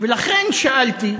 ולכן שאלתי: